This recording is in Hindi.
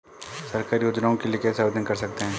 सरकारी योजनाओं के लिए कैसे आवेदन कर सकते हैं?